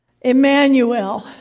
Emmanuel